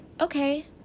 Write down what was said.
okay